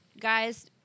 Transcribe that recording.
guys